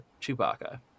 chewbacca